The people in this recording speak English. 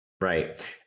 right